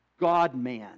God-man